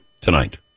tonight